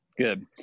Good